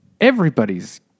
everybody's